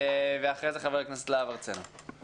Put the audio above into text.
אחריו ידבר חבר הכנסת להב הרצנו.